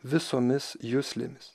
visomis juslėmis